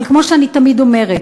אבל כמו שאני תמיד אומרת,